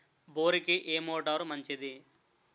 బోరుకి ఏ మోటారు మంచిది?